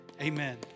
amen